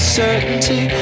certainty